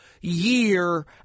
year